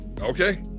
Okay